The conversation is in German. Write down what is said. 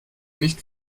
nicht